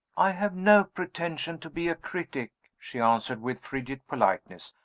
i have no pretension to be a critic, she answered, with frigid politeness.